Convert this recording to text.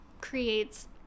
creates